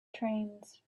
trains